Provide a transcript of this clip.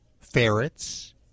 ferrets